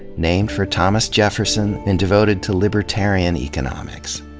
named for thomas jefferson and devoted to libertarian economics.